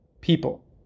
people